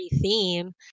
theme